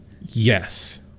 Yes